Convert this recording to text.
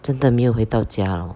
真的没有回到家 lor